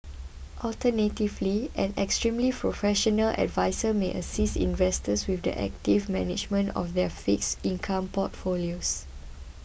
alternatively an extremely professional adviser may assist investors with the active management of their fixed income portfolios